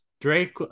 Drake